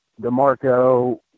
DeMarco